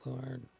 Lord